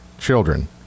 children